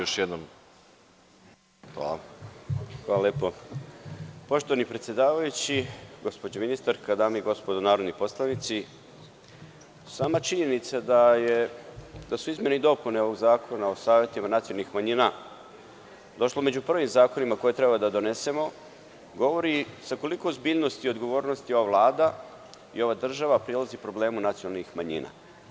Poštovani predsedavajući, gospođo ministarka, dame i gospodo narodni poslanici, sama činjenica da su izmene i dopune Zakona o savetima nacionalnih manjina došlo među prvim zakonima koje treba da donesemo, govori sa koliko ozbiljnosti i odgovornosti ova Vlada i ova država prilazi problemu nacionalnih manjina.